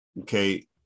Okay